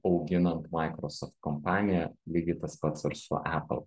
auginant maikrosoft kompaniją lygiai tas pats ir su epel